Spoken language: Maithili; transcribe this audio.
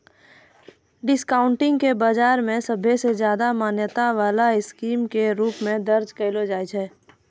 डिस्काउंटिंग के बाजार मे सबसे ज्यादा मान्यता वाला स्कीम के रूप मे दर्ज कैलो छै